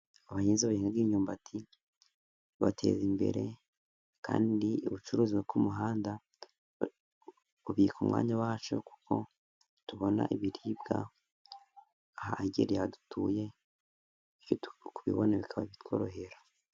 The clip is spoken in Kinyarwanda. Abahinzi bahinga imyumbati bibateza imbere, kandi abacuruza ku muhanda bigabanya mwanya wacu kuko tubona ibiribwa ahagereye aho dutuye, tukabibona bikaba bitworoheye.